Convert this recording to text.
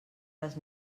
les